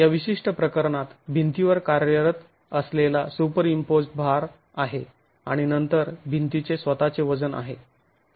तर या विशिष्ट प्रकरणात भिंतीवर कार्यरत असलेला सुपरइंम्पोज्ड भार आहे आणि नंतर भिंतीचे स्वतःचे वजन आहे